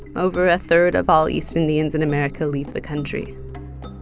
over a third of all east indians in america leave the country.